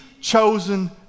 chosen